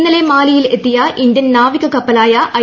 ഇന്നലെ മാലിയിൽ എത്തിയ ഇന്ത്യൻ നാവിക കപ്പലായ ഐ